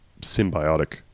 symbiotic